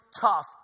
tough